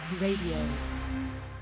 Radio